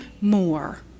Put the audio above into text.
more